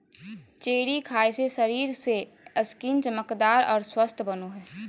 cherry खाय से शरीर के स्किन चमकदार आर स्वस्थ बनो हय